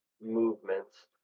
movements